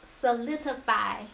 solidify